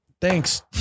Thanks